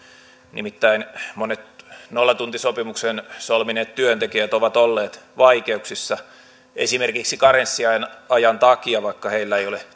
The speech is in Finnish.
nimittäin monet nollatuntisopimuksen solmineet työntekijät ovat olleet vaikeuksissa esimerkiksi karenssiajan takia vaikka heille ei ole